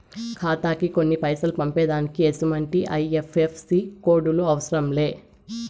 ఖాతాకి కొన్ని పైసలు పంపేదానికి ఎసుమంటి ఐ.ఎఫ్.ఎస్.సి కోడులు అవసరం లే